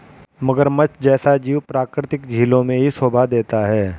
मगरमच्छ जैसा जीव प्राकृतिक झीलों में ही शोभा देता है